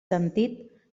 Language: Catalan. sentit